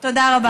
תודה רבה.